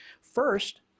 First